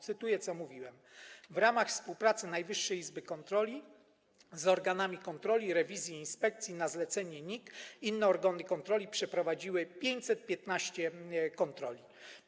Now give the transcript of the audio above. Cytuję, co mówiłem: w ramach współpracy Najwyższej Izby Kontroli z organami kontroli, rewizji i inspekcji na zlecenie NIK inne organy kontroli przeprowadziły 515 kontroli.